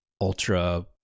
ultra